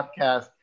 podcast